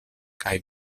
kaj